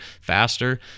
faster